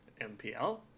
MPL